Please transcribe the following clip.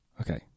Okay